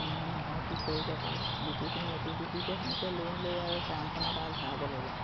হয়নে নহয় কি কৰিব পাৰোঁ এটি দুটিকে সেনেকে লৈ লৈ আৰু ফাৰ্মখনত আৰু ভৰাব লাগিব